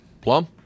Plum